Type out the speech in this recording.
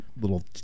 little